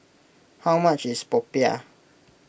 how much is Popiah